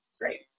Great